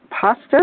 pasta